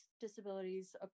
disabilities